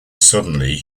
suddenly